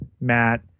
matt